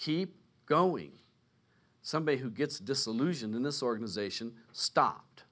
keep going somebody who gets disillusioned in this organization stopped